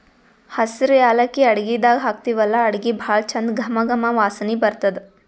ಹಸ್ರ್ ಯಾಲಕ್ಕಿ ಅಡಗಿದಾಗ್ ಹಾಕ್ತಿವಲ್ಲಾ ಅಡಗಿ ಭಾಳ್ ಚಂದ್ ಘಮ ಘಮ ವಾಸನಿ ಬರ್ತದ್